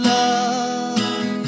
love